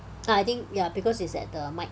ah I think ya because it's at the mic